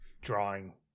drawing